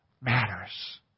matters